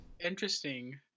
interesting